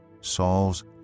Saul's